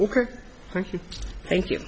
ok thank you thank you